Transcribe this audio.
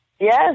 Yes